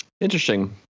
Interesting